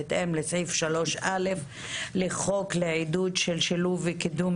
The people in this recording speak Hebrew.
בהתאם לסעיף 3(א) לחוק לעידוד של שילוב וקידום